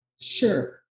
Sure